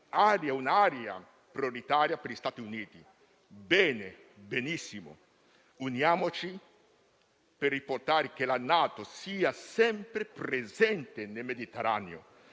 un'area prioritaria per gli Stati Uniti. Benissimo: uniamoci per riportare la NATO sempre presente nel Mediterraneo,